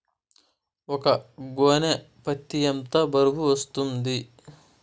ఒక గోనె పత్తి ఎంత బరువు వస్తుంది?